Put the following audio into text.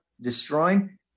destroying